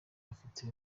bafite